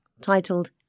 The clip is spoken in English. titled